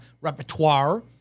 repertoire